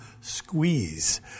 squeeze